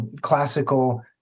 classical